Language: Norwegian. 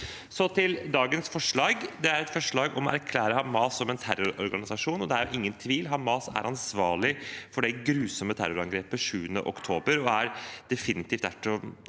Så til dagens tre forslag. Det ene er et forslag om å erklære Hamas som en terrororganisasjon. Og det er ingen tvil: Hamas er ansvarlig for det grusomme terrorangrepet 7. oktober og er utvilsomt en